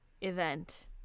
event